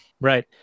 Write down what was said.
Right